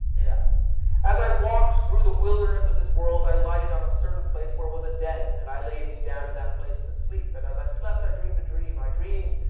as i walked through the wilderness of this world, i lighted on a certain place where was a den, and i laid me down in that place to sleep and, as i slept, i dreamed a dream. i dreamed,